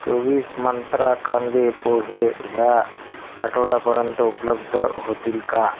चोवीस मंत्रा कांदे पोहे ह्या आठवड्यापर्यंत उपलब्ध होतील का